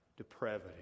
Depravity